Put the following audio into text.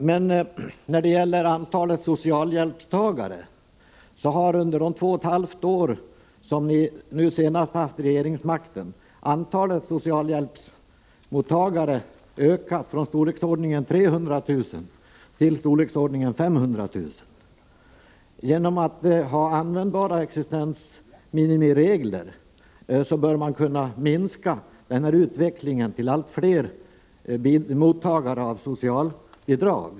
Men när det gäller antalet socialhjälpstagare har under de två och ett halvt år som socialdemokraterna nu senast haft regeringsmakten antalet socialhjälpstagare ökat från storleksordningen 300 000 till storleksordningen 500 000. Genom att ha användbara existensminimiregler bör man kunna ändra den här utvecklingen mot allt flera mottagare av socialbidrag.